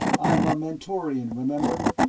i'm a mentorian, remember?